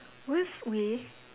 worst way